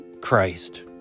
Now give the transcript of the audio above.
Christ